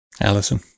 Allison